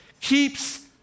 keeps